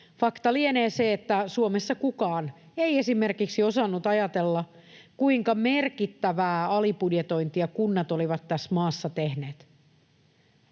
Fakta lienee se, että Suomessa kukaan ei esimerkiksi osannut ajatella, kuinka merkittävää alibudjetointia kunnat olivat tässä maassa tehneet.